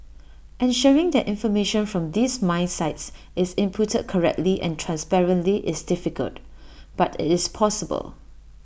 ensuring that information from these mine sites is inputted correctly and transparently is difficult but IT is possible